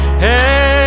Hey